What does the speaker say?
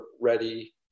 ready